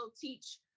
teach